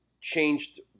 Changed